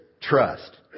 trust